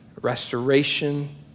restoration